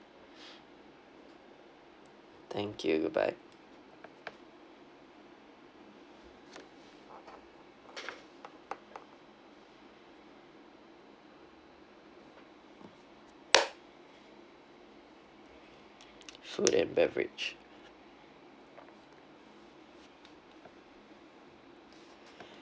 thank you goodbye food and beverage